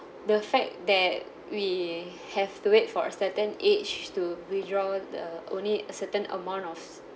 the fact that we have to wait for a certain age to withdraw the only a certain amount of